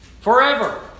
forever